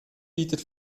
bietet